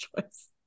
choice